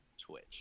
Twitch